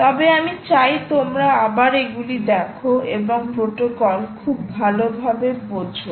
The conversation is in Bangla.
তবে আমি চাই তোমরা আবার এগুলি দেখো এবং প্রটোকল খুব ভালোভাবে বোঝো